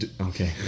Okay